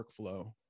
workflow